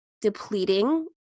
depleting